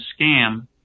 scam